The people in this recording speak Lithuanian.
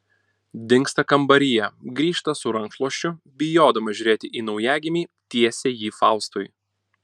dingsta kambaryje grįžta su rankšluosčiu bijodama žiūrėti į naujagimį tiesia jį faustui